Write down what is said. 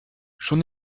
schon